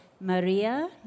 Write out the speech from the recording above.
Maria